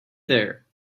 there